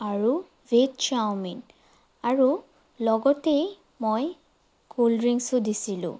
আৰু veg chow mein আৰু লগতেই মই কলড্ৰিংকছো দিছিলোঁ